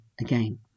again